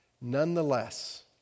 Nonetheless